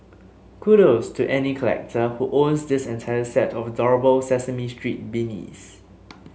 kudos to any collector who owns this entire set of adorable Sesame Street beanies